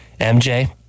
MJ